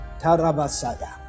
Tarabasada